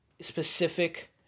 specific